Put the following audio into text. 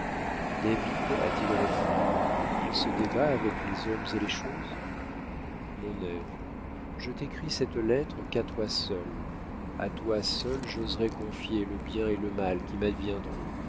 david a-t-il répondu il se débat avec les hommes et les choses mon ève je n'écris cette lettre qu'à toi seule a toi seule j'oserai confier le bien et le mal qui m'adviendront